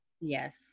Yes